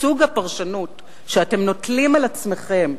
סוג הפרשנות שאתם נוטלים על עצמכם,